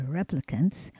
replicants